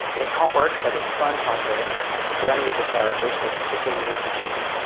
it's homework, but it's fun homework for any of the characters but particularly for judy,